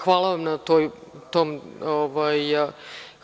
Hvala vam na tome.